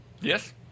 Yes